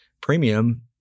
premium